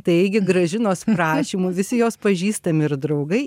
taigi gražinos prašymu visi jos pažįstami ir draugai